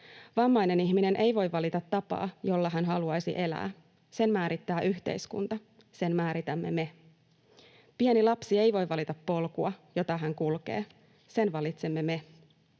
Vammainen ihminen ei voi valita tapaa, jolla hän haluaisi elää. Sen määrittää yhteiskunta. Sen määritämme me. Pieni lapsi ei voi valita polkua, jota hän kulkee. Sen valitsemme me.